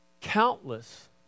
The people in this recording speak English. countless